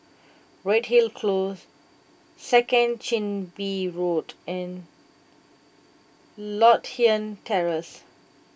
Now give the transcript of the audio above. Redhill Close Second Chin Bee Road and Lothian Terrace